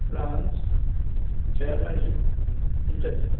France Germany Italy